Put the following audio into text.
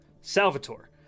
Salvatore